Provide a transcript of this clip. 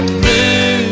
blue